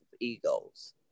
egos